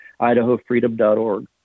IdahoFreedom.org